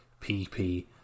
PP